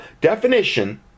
definition